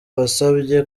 wasabye